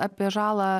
apie žalą